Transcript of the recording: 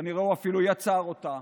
כנראה הוא אפילו יצר אותה,